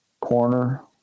corner